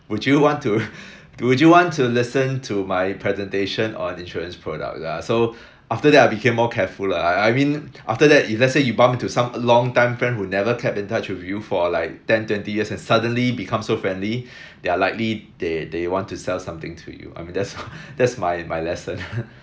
would you want to would you want to listen to my presentation on insurance product ah so after that I became more careful lah I I mean after that if let's say you bump into some long time friend who never kept in touch with you for like ten twenty years and suddenly become so friendly they're likely they they want to sell something to you I mean that's that's my my lesson